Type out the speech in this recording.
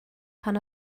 pan